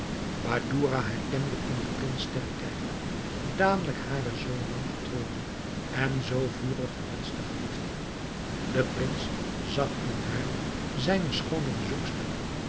badoura herkende in den prins sterrekijker dadelijk haren zoo lang betreurden en zoo vurig gewenschten geliefde de prins zag in haar zijne schoone bezoekster